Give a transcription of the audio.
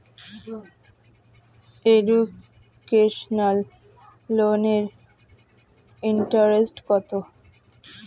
Educational লোনের interest কত?